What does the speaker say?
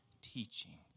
teaching